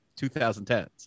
2010s